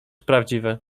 prawdziwe